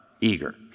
eager